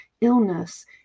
illness